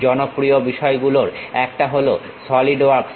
জনপ্রিয় বিষয়গুলোর একটা হলো সলিড ওয়ার্কস